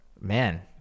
man